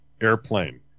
airplane